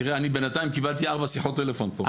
תראה, אני בינתיים קיבלתי ארבע שיחות טלפון פה.